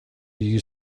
you